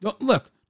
Look